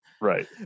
Right